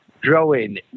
growing